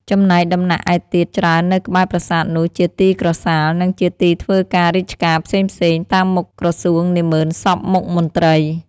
ចំណែកដំណាក់ឯទៀតច្រើននៅកែ្បរប្រាសាទនោះជាទីក្រសាល និងជាទីធ្វើការរាជការផេ្សងៗ តាមមុខក្រសួងនាហ្មឺនសព្វមុខមន្រ្តី។